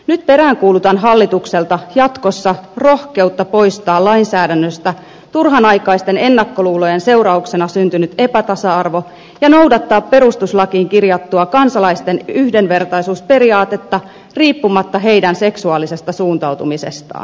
nyt peräänkuulutan hallitukselta jatkossa rohkeutta poistaa lainsäädännöstä turhanaikaisten ennakkoluulojen seurauksena syntynyt epätasa arvo ja noudattaa perustuslakiin kirjattua kansalaisten yhdenvertaisuusperiaatetta riippumatta heidän seksuaalisesta suuntautumisestaan